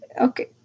Okay